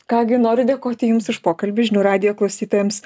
ką gi noriu dėkoti jums už pokalbį žinių radijo klausytojams